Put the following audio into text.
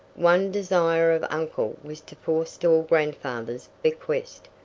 one desire of uncle was to forestall grandfather's bequest.